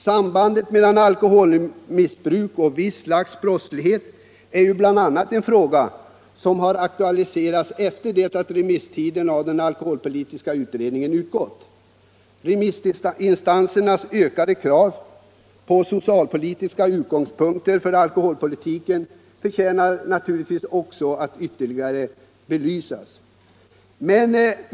Sambandet mellan alkoholmissbruk och vissa slag av brottslighet är bl.a. en fråga som aktualiserats efter det att remisstiden för den alkoholpolitiska utredningen har gått ut. Remissinstansernas ökade krav på socialpolitiska utgångspunkter för alkoholpolitiken förtjänar naturligtvis också att belysas ytterligare.